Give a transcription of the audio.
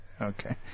okay